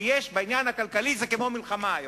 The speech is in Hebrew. כי העניין הכלכלי זה כמו מלחמה היום.